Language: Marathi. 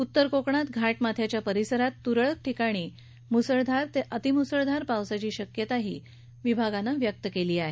उत्तर कोकणात घाटमाथ्याच्या परिसरात तुरळक ठिकाणी या काळात मुसळधार ते अतिमुसळधार पावसाची शक्यताही विभागानं व्यक्त केली आहे